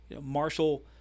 Marshall